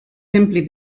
simply